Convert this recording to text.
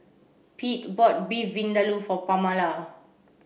Pete bought Beef Vindaloo for Pamala